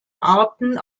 arten